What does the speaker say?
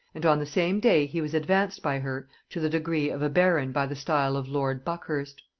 and on the same day he was advanced by her to the degree of a baron by the style of lord buckhurst.